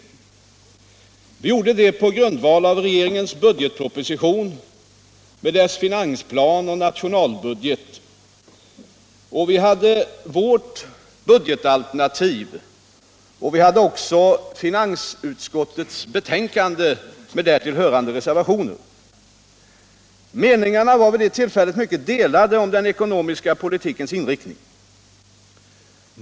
Vi gjorde det på grundval av regeringens budgetproposition med dess finansplan och nationalbudget. Vi hade vårt budgetalternativ liksom också finansutskottets betänkande med därtill hörande reservationer. Meningarna var vid det tillfället mycket delade om den ekonomiska politikens inriktning.